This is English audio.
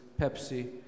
Pepsi